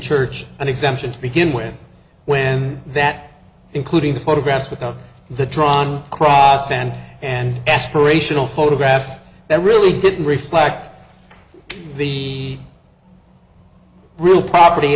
church an exemption to begin with when that including the photographs without the drawn cross and an aspirational photographs that really didn't reflect the real property